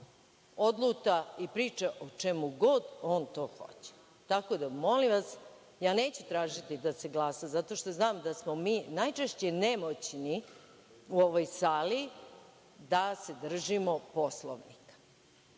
odluta i priča o čemu god on to hoće? Molim vas, ja neću tražiti da se glasa, zato što znam da smo mi najčešće nemoćni u ovoj sali da se držimo Poslovnika.